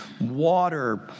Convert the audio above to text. water